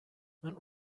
but